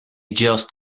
just